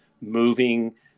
moving